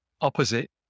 opposite